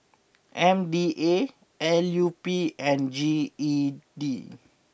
M D A L U P and G E D